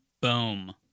Boom